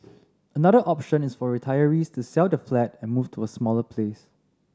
another option is for retirees to sell the flat and move to a smaller place